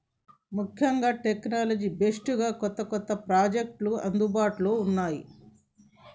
ముఖ్యంగా technology based గా కొత్త కొత్త ప్రాజెక్టులు అందుబాటులో ఉన్నాయి